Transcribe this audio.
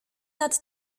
nad